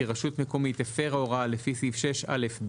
רשות מקומית הפרה הוראה לפי סעיף 6א(ב),